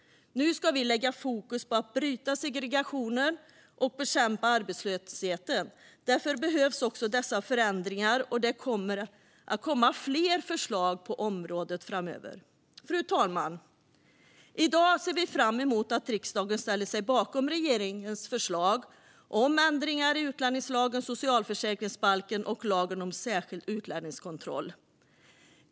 Nu ska vi ha fokus på att bryta segregationen och bekämpa arbetslösheten. Därför behövs också dessa förändringar, och det kommer att komma fler förslag på området framöver. Fru talman! I dag ser vi fram emot att riksdagen ställer sig bakom regeringens förslag om ändringar i utlänningslagen, socialförsäkringsbalken och lagen om särskild utlänningskontroll.